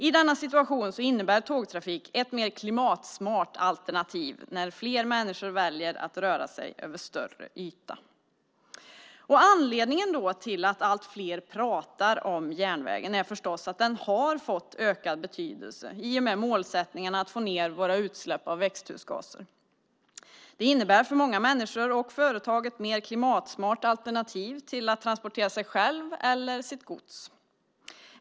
I denna situation innebär tågtrafik ett mer klimatsmart alternativ när fler människor väljer att röra sig över större yta. Anledningen till att allt fler pratar om järnvägen är förstås att den har fått ökad betydelse i och med målsättningarna att få ned våra utsläpp av växthusgaser. Det innebär för många människor och företag ett mer klimatsmart alternativ att transportera sig själv eller sitt gods.